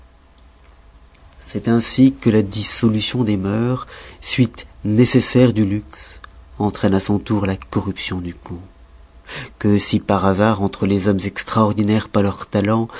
c'est ainsi que la dissolution des mœurs suite nécessaire du luxe entraîne à son tour la corruption du goût que si par hasard entre les hommes extraordinaires par leurs talents